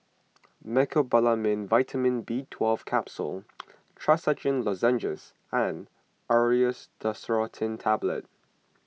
Mecobalamin Vitamin B twelve Capsules Trachisan Lozenges and Aerius DesloratadineTablets